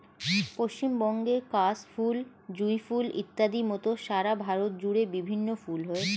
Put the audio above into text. পশ্চিমবঙ্গের কাশ ফুল, জুঁই ফুল ইত্যাদির মত সারা ভারত জুড়ে বিভিন্ন ফুল হয়